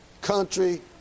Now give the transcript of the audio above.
country